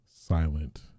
silent